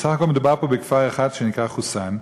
בסך הכול מדובר פה בכפר אחד, שנקרא חוסאן,